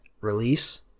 release